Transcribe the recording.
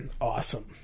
awesome